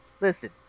Listen